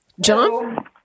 John